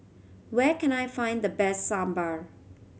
where can I find the best Sambar